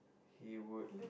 he would